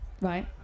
Right